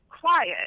quiet